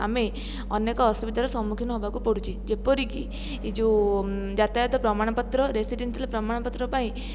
ଆମେ ଅନେକ ଅସୁବିଧାର ସମ୍ମୁଖୀନ ହେବାକୁ ପଡ଼ୁଛି ଯେପରି କି ଏ ଯେଉଁ ଯାତାୟାତ ପ୍ରମାଣପତ୍ର ରେସିଡ଼େସିଆଲ୍ ପ୍ରମାଣପତ୍ର ପାଇଁ